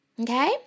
Okay